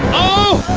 oh